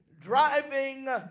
driving